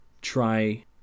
try